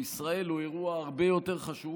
לישראל הוא אירוע הרבה יותר חשוב,